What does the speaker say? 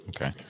Okay